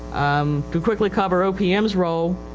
um, to quickly cover opmis role.